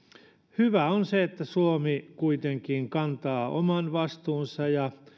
hyvää on se että suomi kuitenkin kantaa oman vastuunsa ja